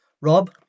Rob